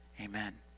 Amen